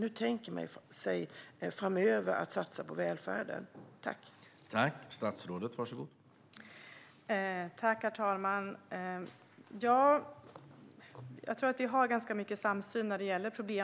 Hur tänker man sig att satsa på välfärden framöver?